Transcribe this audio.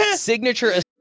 signature